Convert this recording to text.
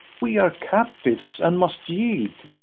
we are captives, and must yield.